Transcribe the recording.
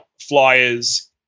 flyers